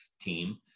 team